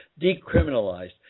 decriminalized